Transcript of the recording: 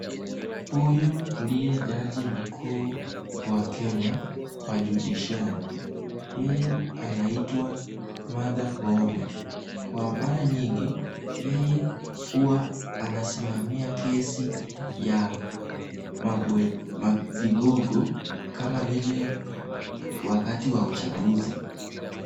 Huyu ndiye jaji mkuu wa Kenya wa judishiari, yeye anaitwa Martha Koome kwa mara nyingi huwa yeye anasimamia kesi ya vigogo kama vile wakati ya uchaguzi.